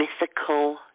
Mythical